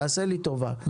תעשה לי טובה,